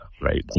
right